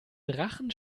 drachen